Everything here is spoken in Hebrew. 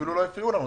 אפילו לא הפריעו לנו,